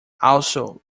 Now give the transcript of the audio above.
also